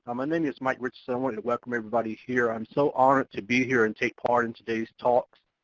um name is mike richardson. welcome everybody here. i'm so honored to be here and take part in today's talks.